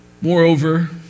Moreover